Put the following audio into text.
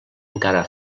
encara